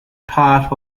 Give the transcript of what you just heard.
part